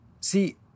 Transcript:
See